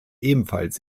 ebenfalls